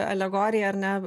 alegoriją ar ne